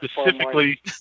specifically